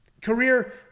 career